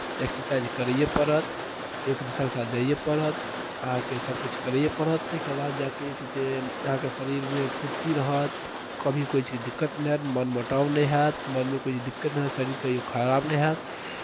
exercise करैए पड़त एक दोसराके साथ जाइए पड़त अहाँके सभकिछु करैए पड़त ताहिके बाद जा कऽ जे अहाँके शरीरमे फूर्ति रहत कभी कोइ चीज दिक्कत नहि हएत मन मटाव नहि हएत मनमे कोइ दिक्कत नहि हएत शरीर कहिओ खराब नहि हएत